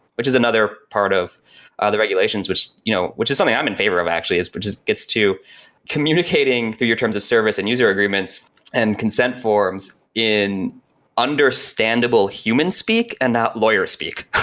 which is another part of ah the regulations, which you know which is something i'm in favor of actually, is it but just gets to communicating through your terms of service and user agreements and consent forms in understandable human speak and not lawyer speak,